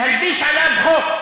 להלביש עליו חוק.